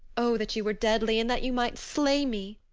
oh, that you were deadly and that you might slay me,